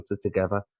together